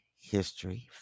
History